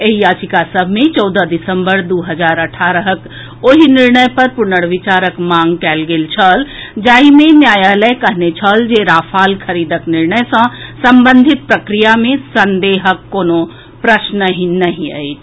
एहि याचिका सभ मे चौदह दिसम्बर दू हजार अठारहक ओहि निर्णय पर पुनर्विचारक मांग कयल गेल छल जाहि मे न्यायालय कहने छल जे राफाल खरीदक निर्णय सॅ संबंधित प्रक्रिया मे संदेहक कोनो प्रश्नहि नहि अछि